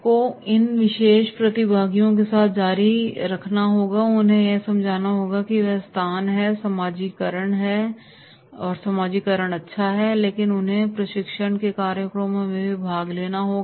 आपको इन विशेष प्रतिभागियों के साथ जारी रखना होगा और उन्हें यह समझना होगा कि यह वही स्थान है समाजीकरण अच्छा है लेकिन उन्हें प्रशिक्षण के कार्यक्रमों में भी भाग लेना होगा